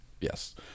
Yes